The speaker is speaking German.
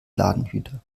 ladenhüter